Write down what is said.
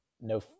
no